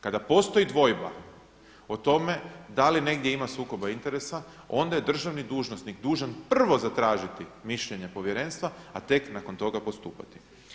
Kada postoji dvojba o tome da li negdje ima sukoba interesa, onda je državni dužnosnik dužan prvo zatražiti mišljenje Povjerenstva, a tek nakon toga postupati.